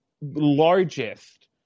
largest